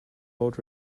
boat